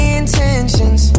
intentions